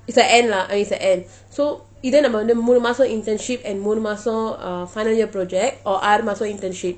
is the end lah uh it's the end so இதே நம்ம மூனு மாசம்:ithai namma moonu maasam internship and மூனு மாசம்:moonu maasam uh final year project or ஆறு மாசம்:aaru maasam internship